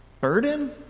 burden